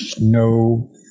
no